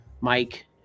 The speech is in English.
Mike